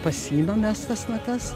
pasiimam mes tas natas